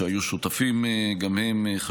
שהיו שותפים חשובים גם הם,